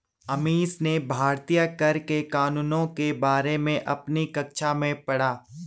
अमीश ने भारतीय कर के कानूनों के बारे में अपनी कक्षा में पढ़ा